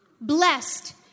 blessed